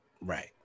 Right